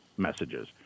messages